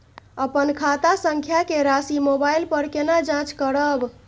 अपन खाता संख्या के राशि मोबाइल पर केना जाँच करब?